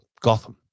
Gotham